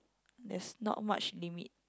there's not much limit